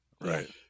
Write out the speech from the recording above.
Right